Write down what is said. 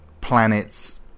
planets